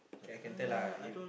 can can tell lah you